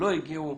לא הגיעו,